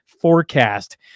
forecast